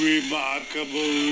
Remarkable